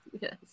Yes